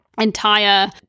entire